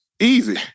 Easy